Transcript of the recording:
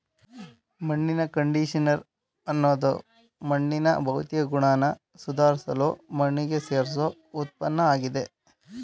ಮಣ್ಣಿನ ಕಂಡಿಷನರ್ ಅನ್ನೋದು ಮಣ್ಣಿನ ಭೌತಿಕ ಗುಣನ ಸುಧಾರ್ಸಲು ಮಣ್ಣಿಗೆ ಸೇರ್ಸೋ ಉತ್ಪನ್ನಆಗಿದೆ